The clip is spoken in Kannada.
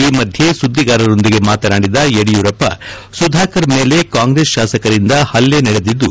ಈ ಮಧ್ಯೆ ಸುದ್ದಿಗಾರರೊಂದಿಗೆ ಮಾತನಾಡಿದ ಯಡಿಯೂರಪ್ಪ ಸುಧಾಕರ್ ಮೇಲೆ ಕಾಂಗ್ರೆಸ್ ಶಾಸಕರಿಂದ ಹಲ್ಲೆ ನಡೆದಿದ್ದು